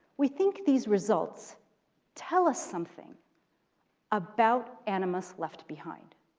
we think these results tell us something about animus left behind.